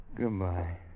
Goodbye